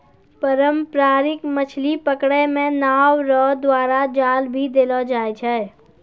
पारंपरिक मछली पकड़ै मे नांव रो द्वारा जाल भी देलो जाय छै